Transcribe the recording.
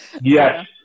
yes